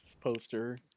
poster